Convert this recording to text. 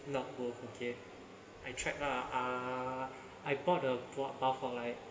not worth okay I tried lah uh I bought a bought for like